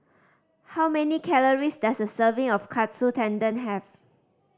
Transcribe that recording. how many calories does a serving of Katsu Tendon have